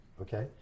okay